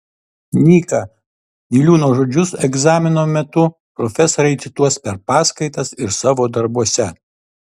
nyka niliūno žodžius egzamino metu profesoriai cituos per paskaitas ir savo darbuose